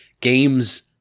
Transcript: games